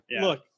Look